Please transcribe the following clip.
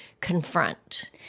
confront